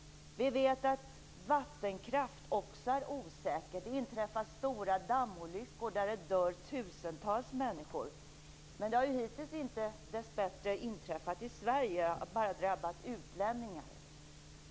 Vi vet att vattenkraft också är osäker. Det inträffar stora dammolyckor där det dör tusentals människor. Men det har ju dessbättre hittills inte inträffat i Sverige. Det har bara drabbat utlänningar.